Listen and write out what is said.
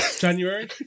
January